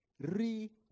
re